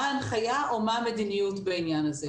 ההנחיה או מה המדיניות בעניין הזה.